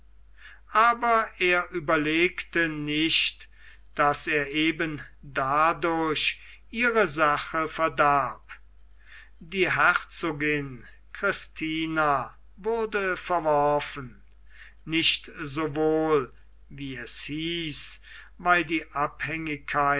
aber er überlegte nicht daß er eben dadurch ihre sache verdarb die herzogin christina wurde verworfen nicht sowohl wie es hieß weil die abhängigkeit